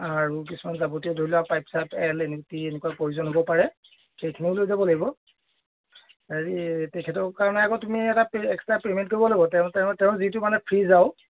আৰু কিছুমান যাৱতীয় ধৰি লওক পাইপ চাইপ এল এনে টি এনেকুৱা প্ৰয়োজন হ'ব পাৰে সেইখিনিও লৈ যাব লাগিব হেৰি তেখেতৰ কাৰণে আকৌ তুমি এটা এক্সট্ৰা পে'মেণ্ট কৰিব লাগিব তেওঁ তেওঁ তেওঁ যিটো মানে ফিজ আৰু